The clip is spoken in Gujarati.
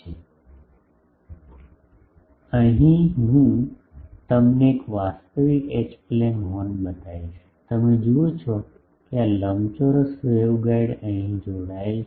તેથી અહીં હું તમને એક વાસ્તવિક એચ પ્લેન હોર્ન બતાવીશ તમે જુઓ કે આ લંબચોરસ વેવગાઇડ અહીં જોડાયેલ છે